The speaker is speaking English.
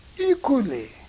equally